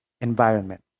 environment